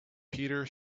peter